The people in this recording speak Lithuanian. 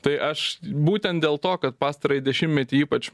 tai aš būtent dėl to kad pastarąjį dešimtmetį ypač